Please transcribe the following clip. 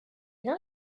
bien